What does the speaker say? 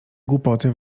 głupoty